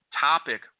topic